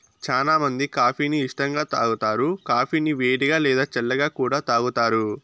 చానా మంది కాఫీ ని ఇష్టంగా తాగుతారు, కాఫీని వేడిగా, లేదా చల్లగా కూడా తాగుతారు